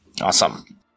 awesome